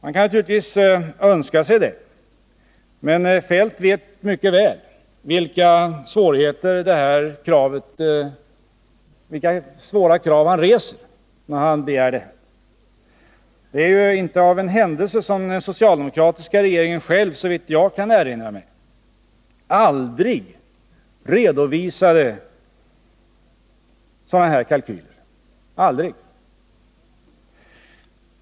Man kan naturligtvis önska det, men Kjell-Olof Feldt vet mycket väl vilka svåra krav han reser när han begär detta. Det är inte av en händelse som den socialdemokratiska regeringen, såvitt jag kan erinra mig, aldrig redovisade sådana kalkyler.